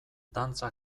dantza